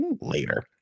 later